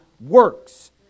works